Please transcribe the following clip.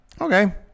Okay